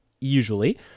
usually